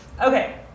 okay